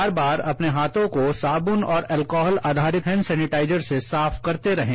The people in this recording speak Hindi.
बार बार अपने हाथों को साबुन और एल्कोहल आधारित हैंड सैनेटाइजर से साफ करते रहें